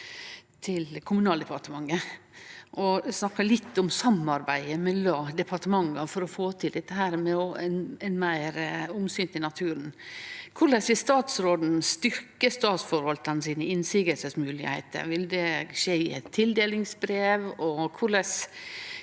til Kommunaldepartementet, og snakka litt om samarbeidet mellom departementa for å få til å ta meir omsyn til naturen. Korleis vil statsråden styrkje statsforvaltarane sine motsegnsmoglegheiter? Vil det skje i eit tildelingsbrev?